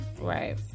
Right